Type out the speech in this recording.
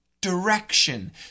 direction